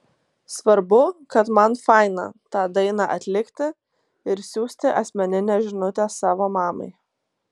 svarbu kad man faina tą dainą atlikti ir siųsti asmeninę žinutę savo mamai